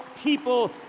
people